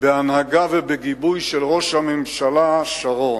בהנהגה ובגיבוי של ראש הממשלה שרון,